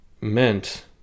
meant